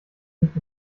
nicht